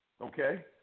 okay